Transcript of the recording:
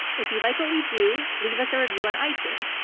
if you like what we do, leave us a review on itunes.